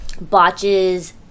botches